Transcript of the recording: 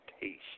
taste